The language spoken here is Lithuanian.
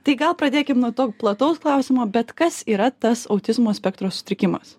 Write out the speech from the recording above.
tai gal pradėkim nuo to plataus klausimo bet kas yra tas autizmo spektro sutrikimas